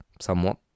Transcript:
somewhat